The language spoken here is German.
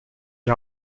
die